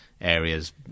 areas